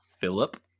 Philip